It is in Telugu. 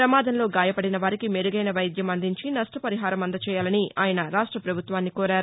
ప్రమాదంలో గాయపడిన వారికి మెరుగైన వైద్యం అందించి నష్టపరిహారం అందచేయాలని ఆయన రాష్ట్ర పభుత్వాన్ని కోరారు